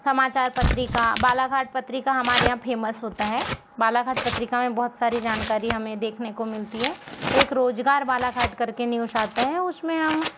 समाचार पत्रिका बालाघाट पत्रिका हमारे यहाँ फेमस होता है बालाघाट पत्रिका में बहुत सारी जानकारी हमें देखने को मिलती है एक रोजगार बालाघाट करके न्यूश आता है उसमें हम